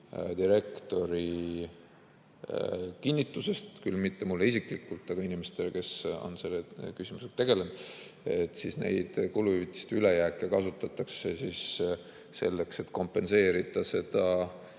direktori kinnitusest küll mitte mulle isiklikult, aga inimestele, kes on selle küsimusega tegelenud, siis neid kuluhüvitiste ülejääke kasutatakse selleks, et täita erinevaid